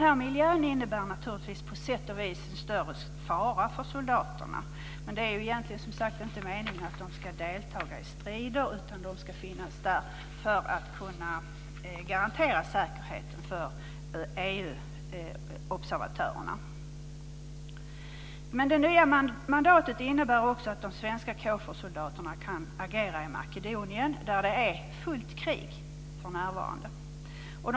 Miljön innebär naturligtvis en större fara för soldaterna. Det är egentligen inte meningen att de ska delta i strider. De ska finnas där för att garantera säkerheten för EU-observatörerna. Det nya mandatet innebär också att de svenska KFOR-soldaterna kan agera i Makedonien, där det för närvarande är fullt krig.